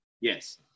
Yes